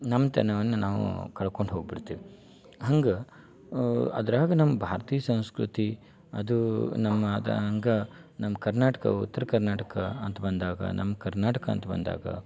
ನಮ್ಮ ತನವನ್ನು ನಾವು ಕಳ್ಕೊಂಡು ಹೋಗ್ಬಿಡ್ತೀವಿ ಹಂಗೆ ಅದ್ರಾಗ ನಮ್ಮ ಭಾರತೀಯ ಸಂಸ್ಕೃತಿ ಅದು ನಮ್ಮ ಆದಂಗೆ ನಮ್ಮ ಕರ್ನಾಟಕ ಉತ್ತರ ಕರ್ನಾಟಕ ಅಂತ ಬಂದಾಗ ನಮ್ಮ ಕರ್ನಾಟಕ ಅಂತ ಬಂದಾಗ